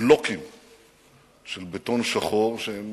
בלוקים של בטון שחור שהם